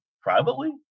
privately